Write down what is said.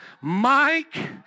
Mike